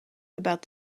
about